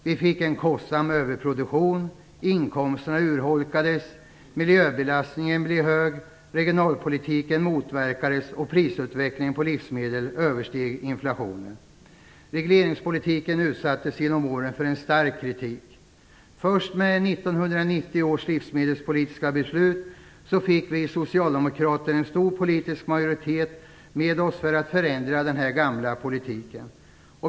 Vi fick en kostsam överproduktion, inkomsterna urholkades, miljöbelastningen blev hög, regionalpolitiken motverkades och prisutvecklingen på livsmedel översteg inflationen. Regleringspolitiken utsattes genom åren för en stark kritik. Först med 1990 års livsmedelspolitiska beslut fick vi socialdemokrater en stor politisk majoritet med oss för att förändra den gamla politiken.